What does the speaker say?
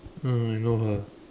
mm I know her